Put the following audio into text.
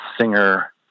singer